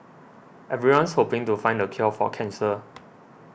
everyone's hoping to find the cure for cancer